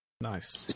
Nice